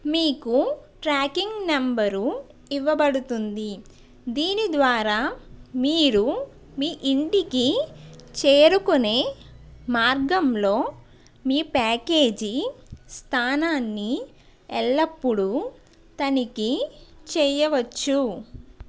మీకు tracking number ఇవ్వబడుతుంది దీని ద్వారా మీరు మీ ఇంటికి చేరుకునే మార్గంలో మీ ప్యాకేజీ స్థానాన్ని ఎల్లప్పుడూ తనిఖీ చెయ్యవచ్చు